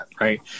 right